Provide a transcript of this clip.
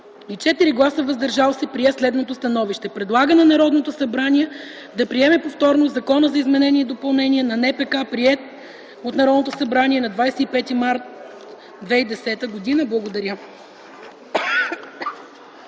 и 4 гласа „въздържал се” прие следното становище: Предлага на Народното събрание да приеме повторно Закона за изменение и допълнение на НПК, приет от Народното събрание на 25 март 2010 г.” Благодаря.